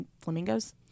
flamingos